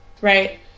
right